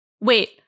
Wait